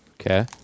Okay